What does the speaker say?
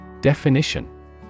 Definition